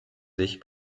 sich